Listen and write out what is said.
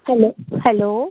hello hello